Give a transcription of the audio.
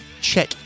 check